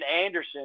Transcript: Anderson